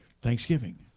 thanksgiving